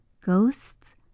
Ghosts